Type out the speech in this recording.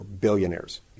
billionaires